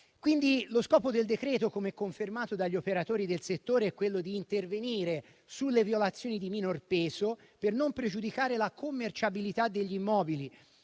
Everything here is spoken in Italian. testo. Lo scopo del decreto, come confermato dagli operatori del settore, è quindi quello di intervenire sulle violazioni di minor peso per non pregiudicare la commerciabilità degli immobili